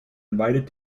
invited